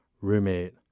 roommate